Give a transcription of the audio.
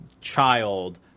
child